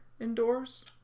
indoors